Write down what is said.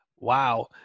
Wow